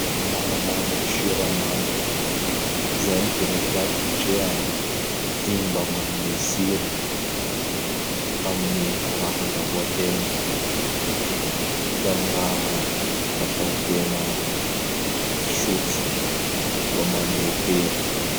Manamamy am siramamy. Zay ny tena tiako satria igny mba manome tsiro amin'ny raha andrahoategna sy am raha ataotegna fisotro. Mba manome hery.